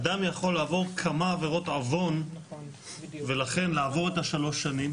אדם יכול לעבור כמה עבירות עוון ולכן לעבור שלוש שנים.